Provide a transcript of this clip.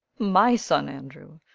my son, andrew!